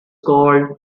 called